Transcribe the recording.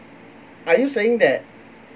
are you saying that